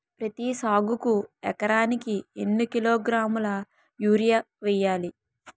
పత్తి సాగుకు ఎకరానికి ఎన్నికిలోగ్రాములా యూరియా వెయ్యాలి?